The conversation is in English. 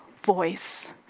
voice